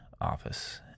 office